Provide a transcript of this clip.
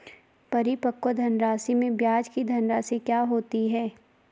परिपक्व धनराशि में ब्याज की धनराशि क्या होती है?